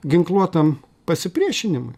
ginkluotam pasipriešinimui